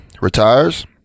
retires